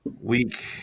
week